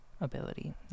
ability